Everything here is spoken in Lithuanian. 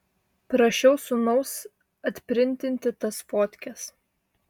prašiau sūnaus atprintinti tas fotkes